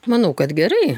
manau kad gerai